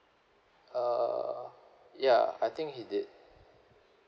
uh ya I think he did